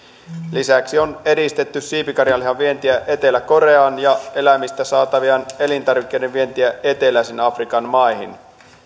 lisäksi on edistetty siipikarjanlihan vientiä etelä koreaan ja eläimistä saatavien elintarvikkeiden vientiä eteläisen afrikan maihin